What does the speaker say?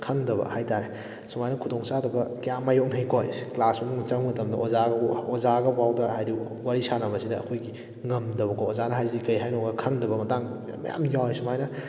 ꯈꯪꯗꯕ ꯍꯥꯏꯕꯇꯥꯔꯦ ꯁꯨꯃꯥꯏꯅ ꯈꯨꯗꯣꯡꯆꯥꯗꯕ ꯀꯌꯥ ꯑꯃ ꯃꯥꯌꯣꯛꯅꯩꯀꯣ ꯀ꯭ꯂꯥꯁ ꯃꯅꯨꯡꯗ ꯆꯪꯕ ꯃꯇꯝꯗ ꯑꯣꯖꯥ ꯑꯣꯖꯥꯒꯐꯥꯎꯕꯗ ꯍꯥꯏꯗꯤ ꯋꯥꯔꯤ ꯁꯥꯅꯕꯁꯤꯗ ꯑꯩꯈꯣꯏꯒꯤ ꯉꯝꯗꯕꯀꯣ ꯑꯣꯖꯥꯅ ꯍꯥꯏꯔꯤꯁꯦ ꯀꯔꯤ ꯍꯥꯏꯅꯣꯒ ꯈꯪꯗꯕ ꯃꯇꯥꯡ ꯃꯌꯥꯝ ꯌꯥꯎꯏ ꯁꯨꯃꯥꯏꯅ